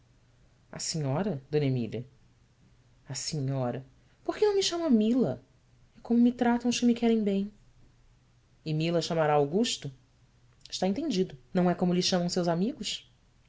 a senhora mília senhora por que não me chama mila é como me tratam os que me querem bem ila chamará ugusto stá entendido não é como lhe chamam seus amigos